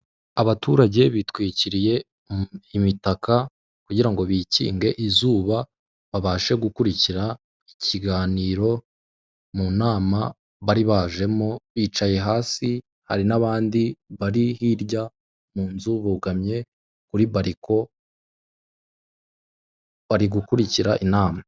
Abaturage bitwikiriye imitaka kugira ngo bikinge izuba babashe gukurikira ikiganiro mu nama bari bajemo bicaye hasi, hari n'abandi bari hirya mu nzu bugamye kuri bariko bari gukurikira inama.